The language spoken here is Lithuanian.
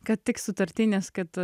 kad tik sutartinės kad